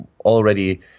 already